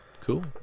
cool